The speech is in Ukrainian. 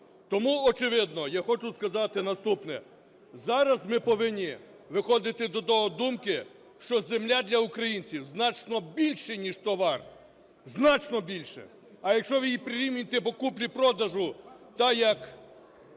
Тому, очевидно, я хочу сказати наступне. Зараз ми повинні виходити до тої думки, що земля для українців значно більше, ніж товар, значно більше. А якщо ви її прирівнюєте по купівлі-продажу так,